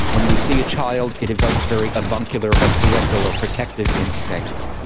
when we see a child it evokes very avuncular or parental or protective instincts.